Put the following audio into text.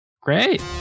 Great